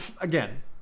Again